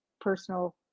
personal